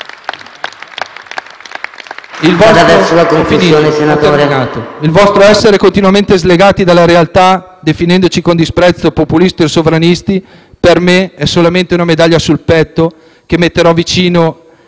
Il vostro essere continuamente slegati dalla realtà, definendoci con disprezzo populisti e sovranisti, per me è soltanto una medaglia sul petto che metterò vicino